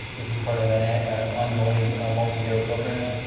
this is part of an an ongoing multi-year program.